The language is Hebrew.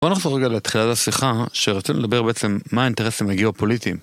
בוא נחזור רגע להתחיל את השיחה שרצינו לדבר בעצם מה האינטרסים הגיאופוליטיים.